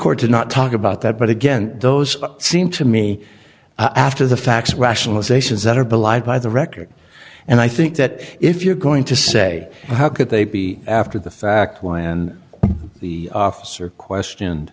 court to not talk about that but again those seem to me after the facts rationalizations that are belied by the record and i think that if you're going to say how could they be after the fact why and the officer questioned